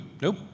Nope